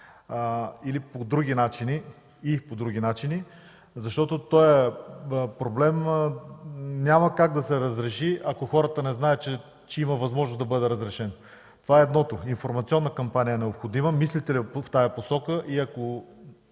– БНТ 1, или и по други начини, защото този проблем няма как да се разреши, ако хората не знаят, че има възможност да бъде разрешен? Това е едното – информационна кампания е необходима. Мислите ли в тази посока или ако